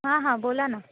हां हां बोला ना